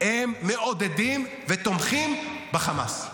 הם מעודדים, תומכים בחמאס.